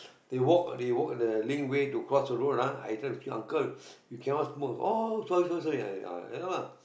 they walk they walk the Linkway to cross the road ah I try to speak uncle you cannot smoke oh sorry sorry sorry ah like that lah